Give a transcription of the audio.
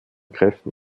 kräften